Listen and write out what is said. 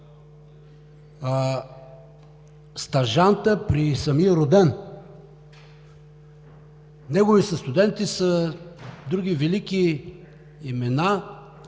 стажанта при самия Роден. Негови състуденти са други велики имена